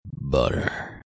butter